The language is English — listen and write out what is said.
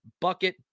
bucket